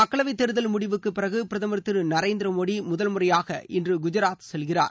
மக்களவைத் தேர்தல் முடிவுக்கு பிறகு பிரதமர் திரு நரேந்திர மோடி முதல்முறையாக இன்று குஜராத் செல்கிறார்